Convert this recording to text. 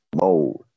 mode